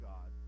God